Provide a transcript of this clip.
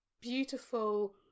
beautiful